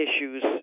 issues